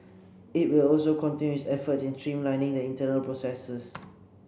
it will also continue its efforts in streamlining the internal processes